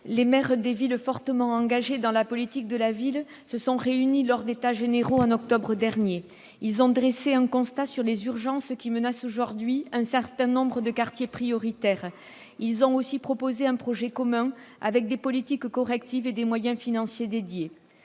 Les maires des villes fortement engagées dans la politique de la ville se sont réunis lors d'états généraux en octobre dernier. Ils ont dressé un constat sur les urgences qui menacent aujourd'hui un certain nombre de quartiers prioritaires. Ils ont aussi proposé un projet commun avec des politiques correctives et des moyens financiers dédiés.